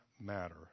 matter